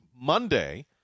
monday